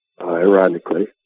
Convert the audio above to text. ironically